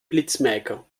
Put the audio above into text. blitzmerker